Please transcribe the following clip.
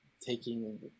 taking